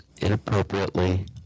inappropriately